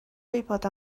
gwybod